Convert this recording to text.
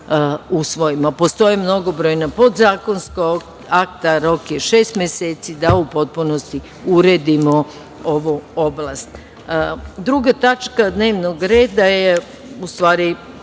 usvojimo. Postoje i mnogobrojna podzakonska akta, rok je šest meseci, da u potpunosti uredimo ovu oblast. Druga tačka dnevnog reda je u stvari